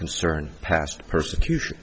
concern past persecution